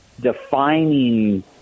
defining